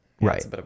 right